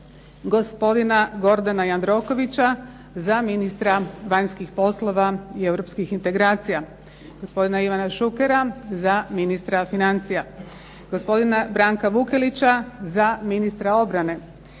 Gospodina GORDANA JANDROKOVIĆA za ministra vanjskih poslova i europskih integracija, Gospodina IVANA ŠUKERA za ministra financija, Gospodina BRANKA VUKELIĆA za ministara obrane,